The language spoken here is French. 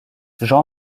jean